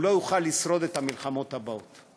לא יוכל לשרוד את המלחמות הבאות.